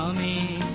me